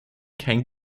kein